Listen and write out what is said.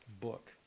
book